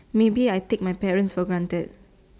maybe I take my parents for granted